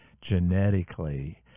genetically